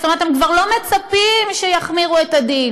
זאת אומרת הם כבר לא מצפים שיחמירו את הדין.